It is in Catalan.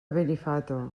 benifato